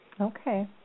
Okay